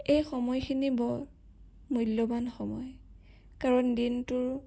এই সময়খিনি বৰ মূল্যৱান সময় কাৰণ দিনটোৰ